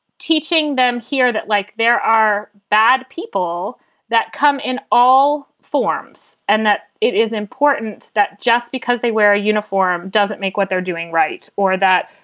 teaching them here that like there are bad people that come in all forms and that it is important that just because they wear a uniform doesn't make what they're doing right or that,